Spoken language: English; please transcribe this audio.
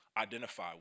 identify